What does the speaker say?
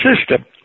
system